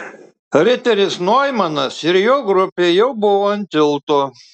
riteris noimanas ir jo grupė jau buvo ant tilto